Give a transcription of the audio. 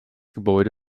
gebäude